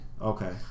Okay